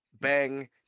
Bang